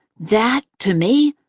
that, to me,